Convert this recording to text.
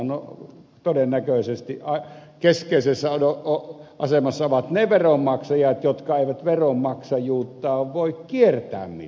no todennäköisesti keskeisessä asemassa ovat ne veronmaksajat jotka eivät veronmaksajuuttaan voi kiertää millään tavalla